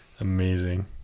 amazing